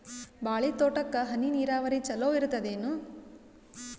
ಬಾಳಿ ತೋಟಕ್ಕ ಹನಿ ನೀರಾವರಿ ಚಲೋ ಇರತದೇನು?